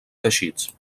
teixits